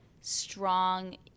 strong –